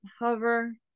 hover